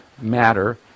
matter